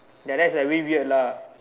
ya that's like a bit weird lah